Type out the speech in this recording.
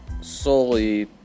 solely